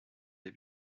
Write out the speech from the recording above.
des